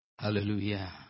Hallelujah